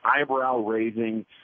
eyebrow-raising